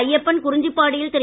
ஐயப்பன் குறிஞ்சிப்பாடியில் திரு